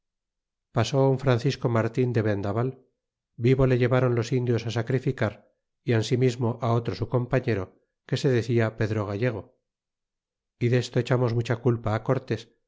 pasó un francisco martin de vendabal vivo le llevaron los indios á sacrificar y asimismo á otro su compañero que se decia pedro gallego y desto echamos mucha culpa